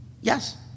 Yes